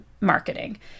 marketing